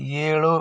ಏಳು